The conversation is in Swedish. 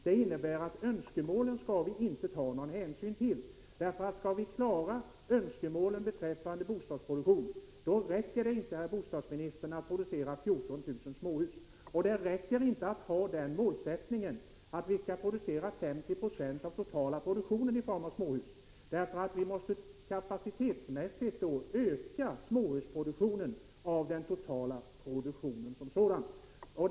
Det innebär att man inte skall ta någon hänsyn till önskemålen. Om önskemålen beträffande bostadsproduktion skall kunna uppfyllas räcker det nämligen inte, herr bostadsminister, att producera 14 000 småhus. Det räcker inte att ha målsättningen att 50 96 av den totala produktionen skall produceras i form av småhus. Man måste kapacitetsmässigt öka småhusproduktionen av den totala produktionen som sådan.